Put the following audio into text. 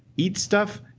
eat stuff,